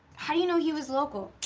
how do you know he was local?